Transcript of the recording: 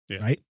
right